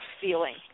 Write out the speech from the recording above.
feeling